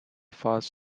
fast